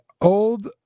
old